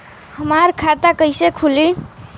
हमार खाता कईसे खुली?